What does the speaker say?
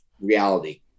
reality